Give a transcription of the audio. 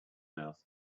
mouth